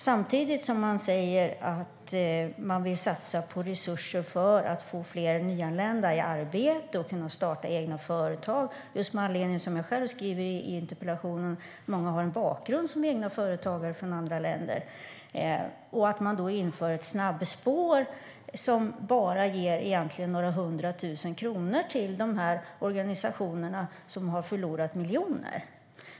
Samtidigt som man säger att man vill satsa resurser på att få fler nyanlända i arbete och kunna starta egna företag - som jag skriver i interpellationen har många en bakgrund från andra länder som egna företagare - och inför ett snabbspår, ger det egentligen bara några hundra tusen kronor till de här organisationerna, som har förlorat miljoner.